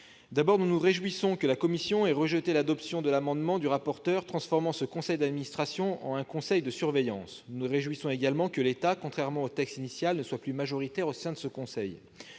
l'agence. Nous nous réjouissons que la commission ait rejeté l'amendement du rapporteur, qui tendait à transformer ce conseil d'administration en un conseil de surveillance. Nous nous réjouissons également que l'État, contrairement au texte initial, ne soit plus majoritaire au sein de ce conseil.